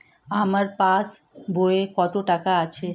আমার পাস বইয়ে কত টাকা আছে?